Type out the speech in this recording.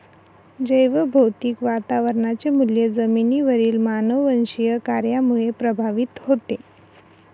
जैवभौतिक वातावरणाचे मूल्य जमिनीवरील मानववंशीय कार्यामुळे प्रभावित होते